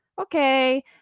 okay